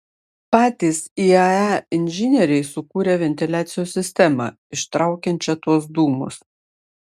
patys iae inžinieriai sukūrė ventiliacijos sistemą ištraukiančią tuos dūmus